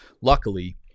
Luckily